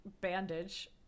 bandage